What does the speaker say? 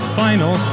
final